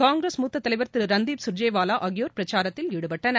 காங்கிரஸ் மூத்த தலைவர் திரு ரன்திப் சுர்ஜேவாவா பிரச்சாரத்தில் ஈடுபட்டனர்